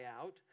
out